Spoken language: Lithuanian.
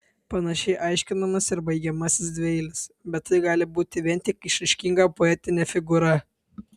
panašiai aiškinamas ir baigiamasis dvieilis bet tai gali būti vien tik išraiškinga poetinė figūra